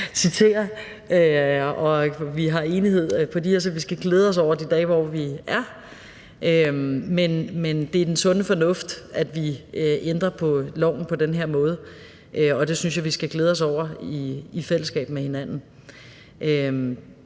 og er enig med hende, så vi skal glæde os over de dage, hvor vi er enige – at det er sund fornuft, at vi ændrer loven på den her måde. Det synes jeg vi skal glæde os over i fællesskab. Tak